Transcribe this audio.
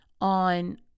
on